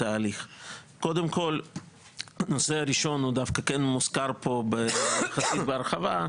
הנושא הראשון דווקא כן מוזכר פה יחסית בהרחבה,